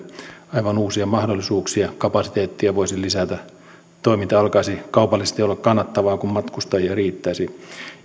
aivan uusia mahdollisuuksia kapasiteettia voisi lisätä toiminta alkaisi kaupallisesti olla kannattavaa kun matkustajia riittäisi